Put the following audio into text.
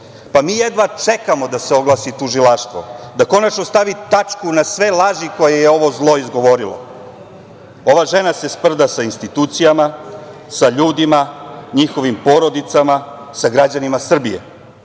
Pa, mi jedva čekamo da se oglasi tužilaštvo, da konačno stavi tačku na sve laži koje je ovo zlo izgovorilo. Ova žena se sprda sa institucijama, sa ljudima, njihovim porodicama, sa građanima Srbije.